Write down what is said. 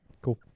Cool